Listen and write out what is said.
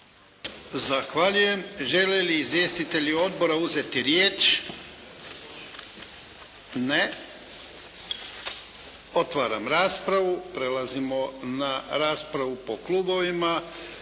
Zahvaljujem. Žele li izvjestitelji odbora uzetu riječ? Ne. Otvaram raspravu. Prelazimo na raspravu po klubovima.